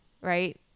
right